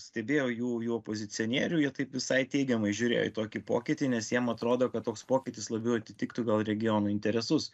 stebėjau jų jų opozicionierių jie taip visai teigiamai žiūrėjo į tokį pokytį nes jiem atrodo kad toks pokytis labiau atitiktų gal regiono interesus